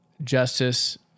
Justice